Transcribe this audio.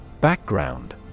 Background